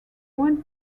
when